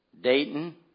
Dayton